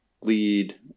lead